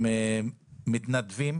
הם מתנדבים